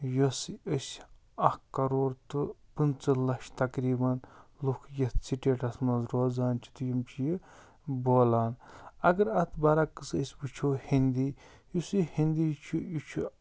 یۅس أسۍ اَکھ کرور تہٕ پٕنٛژہ لچھ تقریباً لُکھ یتھ سِٹیٹَس مَنٛز روزان چھِ تہٕ یِم چھِ یہِ بولان اگر اتھ برعکس أسۍ وُچھو ہیندی یُس یہِ ہیندی چھُ یہِ چھُ